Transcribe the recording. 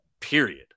Period